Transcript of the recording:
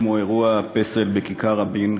כמו אירוע הפסל בכיכר-רבין,